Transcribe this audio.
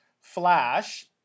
Flash